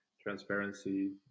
transparency